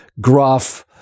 gruff